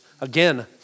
Again